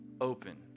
open